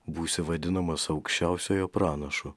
būsi vadinamas aukščiausiojo pranašu